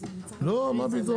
ההסתייגויות לא אושרו.